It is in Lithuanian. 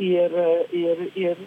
ir ir ir